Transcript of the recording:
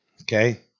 okay